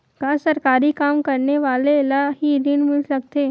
का सरकारी काम करने वाले ल हि ऋण मिल सकथे?